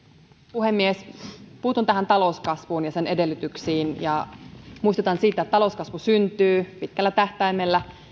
puhemies puutun talouskasvuun ja sen edellytyksiin ja muistutan siitä että talouskasvu syntyy pitkällä tähtäimellä